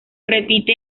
repite